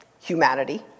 humanity